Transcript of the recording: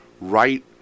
right